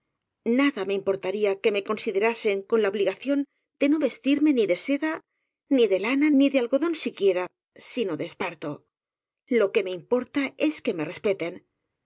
nada me im portaría que me considerasen con la obligación de no vestirme ni de seda ni de lana ni de algodón siquiera sino de esparto lo que me importa es que me respeten